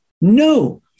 No